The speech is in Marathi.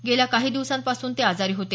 गेल्या काही दिवसांपासून ते आजारी होते